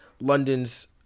London's